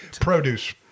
produce